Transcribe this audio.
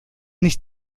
nicht